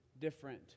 different